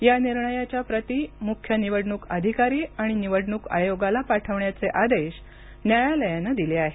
या निर्णयाच्या प्रती मुख्य निवडणूक अधिकारी आणि निवडणूक आयोगाला पाठवण्याचे आदेश न्यायालयानं दिले आहेत